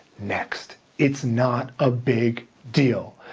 next. it's not a big deal.